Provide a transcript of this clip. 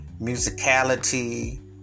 musicality